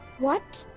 what?